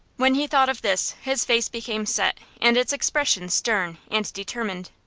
when he thought of this his face became set and its expression stern and determined.